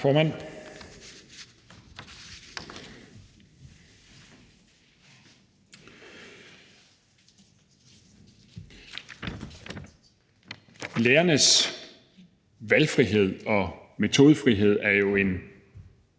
Lærernes valgfrihed og metodefrihed er jo en